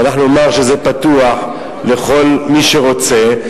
ואנחנו נאמר שזה פתוח לכל מי שרוצה,